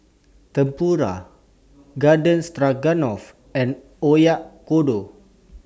Tempura Garden Stroganoff and Oyakodon